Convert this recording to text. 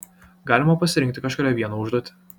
galima pasirinkti kažkurią vieną užduotį